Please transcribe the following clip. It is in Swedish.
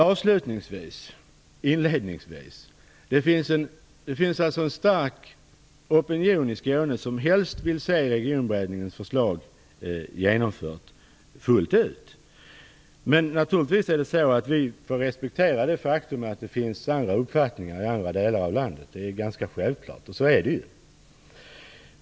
Avslutningsvis finns det en stark opinion i Skåne som helst vill se Regionberedningens förslag genomfört fullt ut. Men vi får naturligtvis respektera det faktum att det finns andra uppfattningar i andra delar av landet. Det är ganska självklart att det är så.